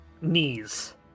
knees